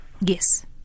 Yes